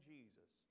Jesus